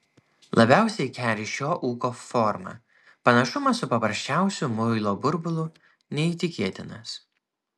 labiausiai keri šio ūko forma panašumas su paprasčiausiu muilo burbulu neįtikėtinas